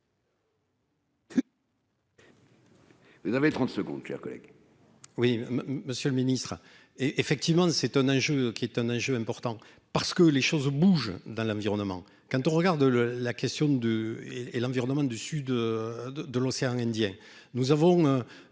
Vous avez 30 secondes chers collègues. Oui, monsieur le Ministre, et effectivement c'est un enjeu qui est un enjeu important, parce que les choses bougent dans l'environnement, quand on regarde le la question de et et l'environnement du sud de l'océan Indien, nous avons